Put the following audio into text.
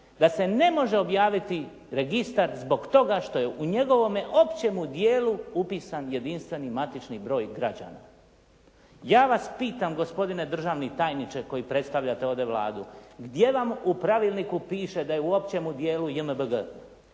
da se ne može objaviti registar zbog toga što je u njegovome općem dijelu upisan jedinstveni matični broj građana. Ja vas pitam gospodine državni tajniče koji predstavljate ovdje Vladu, gdje vam u Pravilniku piše da je u općem dijelu JMBG.